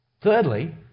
Thirdly